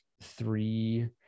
three